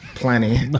Plenty